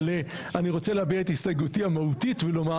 אבל אני רוצה להביע את הסתייגותי המהותית ולומר